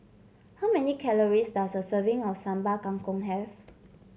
how many calories does a serving of Sambal Kangkong have